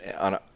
on